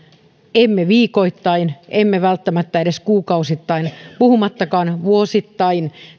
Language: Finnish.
emme viikoittain emme välttämättä edes kuukausittain puhumattakaan vuosittain